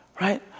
right